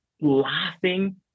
Laughing